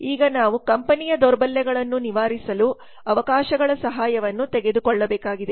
ಈಗ ನಾವು ಕಂಪನಿಯ ದೌರ್ಬಲ್ಯಗಳನ್ನು ನಿವಾರಿಸಲು ಅವಕಾಶಗಳ ಸಹಾಯವನ್ನು ತೆಗೆದುಕೊಳ್ಳಬೇಕಾಗಿದೆ